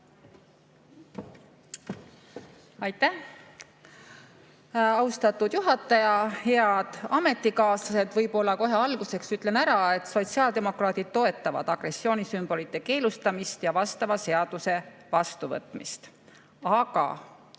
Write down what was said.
Aitäh, austatud juhataja! Head ametikaaslased! Kohe alguseks ütlen ära, et sotsiaaldemokraadid toetavad agressioonisümbolite keelustamist ja vastava seaduse vastuvõtmist. Aga